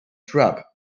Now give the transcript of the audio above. trump